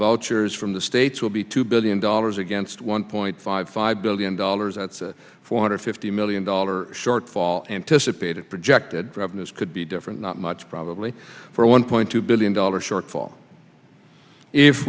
vultures from the states will be two billion dollars against one point five five billion dollars that's a four hundred fifty million dollar shortfall anticipated projected revenues could be different not much probably for a one point two billion dollar shortfall if